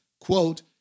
quote